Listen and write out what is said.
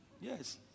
Yes